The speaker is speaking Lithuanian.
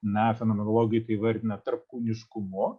na fenomenologai tai įvardina tarpkūniškumu